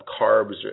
carbs